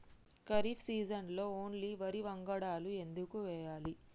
ఖరీఫ్ సీజన్లో ఓన్లీ వరి వంగడాలు ఎందుకు వేయాలి?